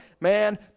man